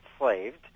enslaved